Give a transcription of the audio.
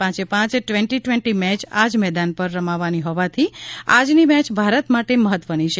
પાંચેપાંય twenty twenty match આ જ મેદાન પર રમાવાની હોવાથી આજની મેચ ભારત માટે મહત્વની છે